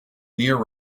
near